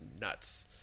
nuts